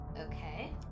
Okay